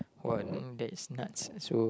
!wah! that is nuts so